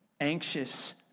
anxious